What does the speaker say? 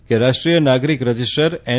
કે રાષ્ટ્રીય નાગરિક રજીસ્ટ્રર એન